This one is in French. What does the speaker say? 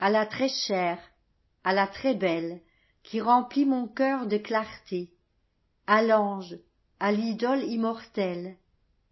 a la très chère à la très bellequi remplit mon cœur de clarté a l'ange à l'idole immortelle